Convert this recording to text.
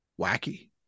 Wacky